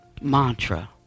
mantra